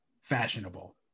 fashionable